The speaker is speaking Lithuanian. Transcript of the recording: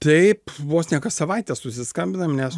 taip vos ne kas savaitę susiskambinam nes